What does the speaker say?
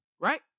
right